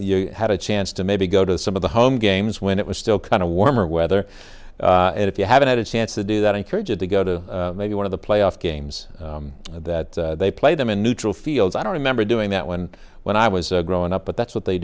you had a chance to maybe go to some of the home games when it was still kind of warmer weather if you haven't had a chance to do that encouraged to go to maybe one of the playoff games that they play them in neutral fields i don't remember doing that when when i was growing up but that's what they